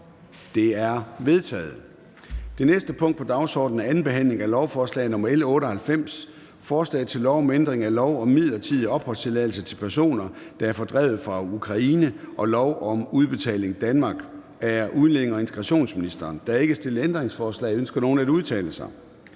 Det er vedtaget. --- Det næste punkt på dagsordenen er: 11) 2. behandling af lovforslag nr. L 98: Forslag til lov om ændring af lov om midlertidig opholdstilladelse til personer, der er fordrevet fra Ukraine, og lov om Udbetaling Danmark. (Tilskud til forsørgelse af børn, der forsørges af andre end forældrene, og sidestilling